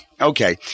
Okay